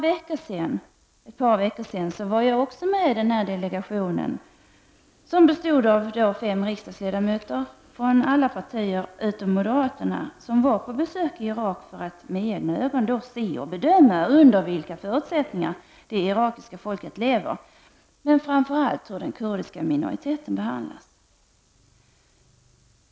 Även jag var med i den delegation, bestående av fem riksdagsledamöter från alla partier utom moderaterna, som var på besök i Irak för att med egna ögon se och bedöma under vilka förutsättningar det irakiska folket lever och framför allt hur den kurdiska minoriteten behandlas.